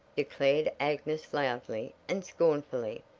declared agnes loudly and scornfully,